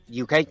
UK